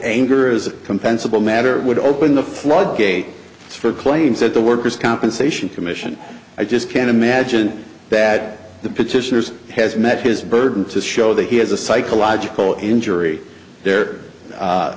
anger is a compensable matter would open the floodgates for claims that the workers compensation commission i just can't imagine bat the petitioner's has met his burden to show that he has a psychological injury there a